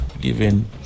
given